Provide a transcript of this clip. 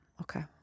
Okay